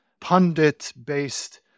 pundit-based